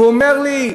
ואומרים לי: